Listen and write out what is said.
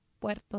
Puerto